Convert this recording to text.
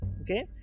okay